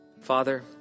Father